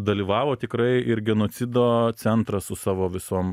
dalyvavo tikrai ir genocido centras su savo visom